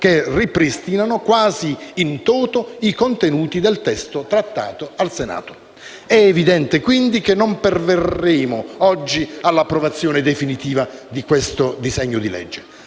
che ripristinano quasi *in toto* i contenuti del testo trattato al Senato. È evidente, quindi, che non perverremo oggi all'approvazione definitiva di questo disegno di legge.